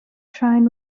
shrine